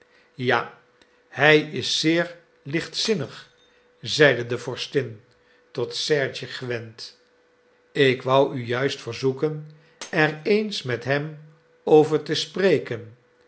ja hij is zeer lichtzinnig zeide de vorstin tot sergej gewend ik wou u juist verzoeken er eens met hem over te spreken